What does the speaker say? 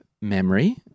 memory